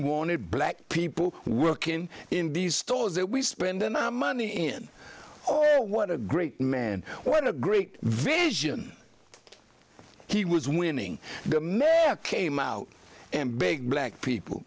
wanted black people working in these stores that we spend money in oh what a great man what a great vision he was winning the men came out and big black people